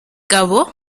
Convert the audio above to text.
gabo